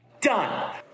done